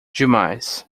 demais